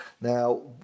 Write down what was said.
Now